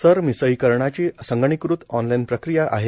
सरमिसळीकरणाची संगणीकृत ऑनलाईन प्रक्रिया आहे